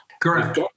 Correct